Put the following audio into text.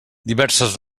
diverses